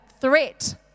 threat